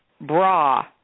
bra